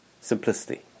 simplicity